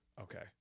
Okay